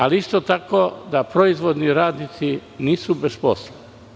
Ali isto tako proizvodni radnici nisu bez posla.